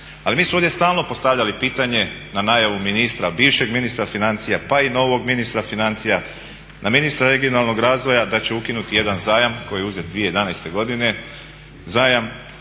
Ali mi smo ovdje stalno postavljali pitanje na najavu ministra, bivšeg ministra financija pa i novog ministra financija, na ministra regionalnog razvoja da će ukinuti jedan zajam koji je uzet 2011. godine, zajam